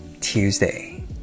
Tuesday